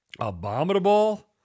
abominable